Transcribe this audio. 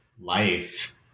life